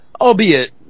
Albeit